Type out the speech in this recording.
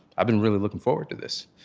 i've been really looking forward to this.